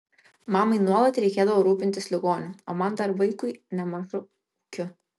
mamai nuolat reikėdavo rūpintis ligoniu o man dar vaikui nemažu ūkiu